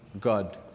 God